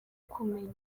kumenya